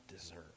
deserve